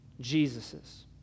Jesus's